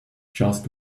just